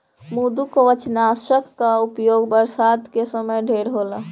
मृदुकवचनाशक कअ उपयोग बरसात के समय ढेर होला